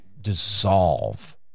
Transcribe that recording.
dissolve